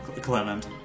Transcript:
Clement